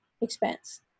expense